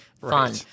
fun